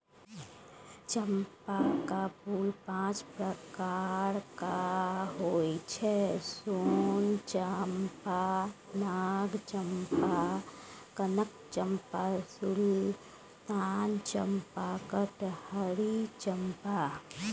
चंपाक फूल पांच प्रकारक होइ छै सोन चंपा, नाग चंपा, कनक चंपा, सुल्तान चंपा, कटहरी चंपा